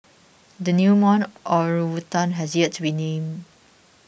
the newborn orangutan has yet to be named